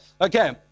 Okay